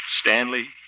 Stanley